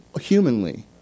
humanly